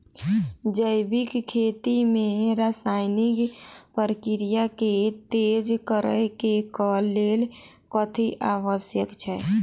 जैविक खेती मे रासायनिक प्रक्रिया केँ तेज करै केँ कऽ लेल कथी आवश्यक छै?